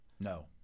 No